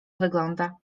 wygląda